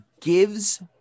gives